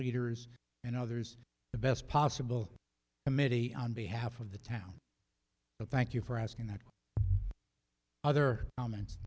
leaders and others the best possible committee on behalf of the town but thank you for asking that other elements